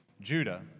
Judah